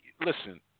listen